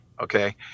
okay